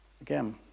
again